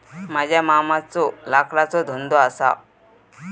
माझ्या मामाचो लाकडाचो धंदो असा